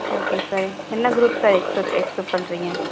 okay okay sir என்ன group sir accept accept பண்ணுறீங்க